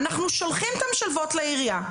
אנחנו שולחים את המשלבות לעירייה,